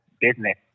business